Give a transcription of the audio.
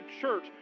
church